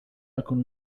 أكن